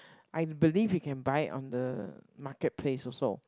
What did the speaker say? I believe you can buy on the market place also